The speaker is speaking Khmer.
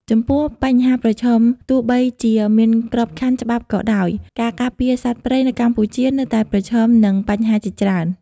ចំពោះបញ្ហាប្រឈមទោះបីជាមានក្របខ័ណ្ឌច្បាប់ក៏ដោយ ការការពារសត្វព្រៃនៅកម្ពុជានៅតែប្រឈមនឹងបញ្ហាជាច្រើន។